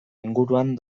inguruan